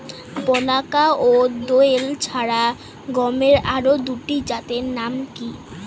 বলাকা ও দোয়েল ছাড়া গমের আরো দুটি জাতের নাম কি?